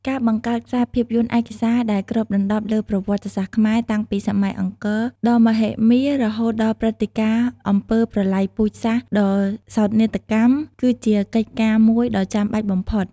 ការបង្កើតខ្សែភាពយន្តឯកសារដែលគ្របដណ្តប់លើប្រវត្តិសាស្ត្រខ្មែរតាំងពីសម័យអង្គរដ៏មហិមារហូតដល់ព្រឹត្តិការណ៍អំពើប្រល័យពូជសាសន៍ដ៏សោកនាដកម្ម គឺជាកិច្ចការមួយដ៏ចាំបាច់បំផុត។